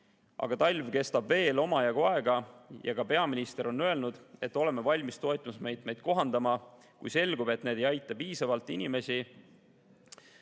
Aga talv kestab veel omajagu aega. Ja ka peaminister on öelnud, et oleme valmis toetusmeetmeid kohandama, kui selgub, et need ei aita inimesi